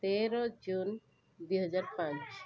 ତେର ଜୁନ ଦୁଇହଜାର ପାଞ୍ଚ